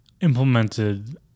implemented